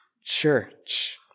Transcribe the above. church